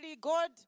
God